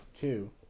two